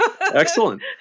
Excellent